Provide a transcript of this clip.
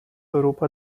europa